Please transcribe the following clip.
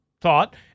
thought